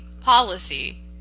policy